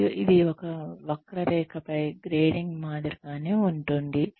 మరియు ఇది ఒక వక్రరేఖపై గ్రేడింగ్ మాదిరిగానే ఉంటుంది